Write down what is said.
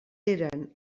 eren